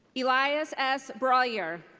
elias s. brallier.